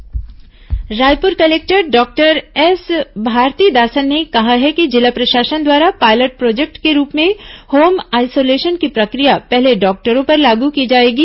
home isolation दिशा निर्देश Raipur collector doctor S Bharathidasan ने कहा है कि जिला प्रशासन द्वारा पायलट प्रोजेक्ट के रूप में होम आइसोलेशन की प्रक्रिया पहले डॉक्टरों पर लागू की जाएगी